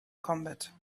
combat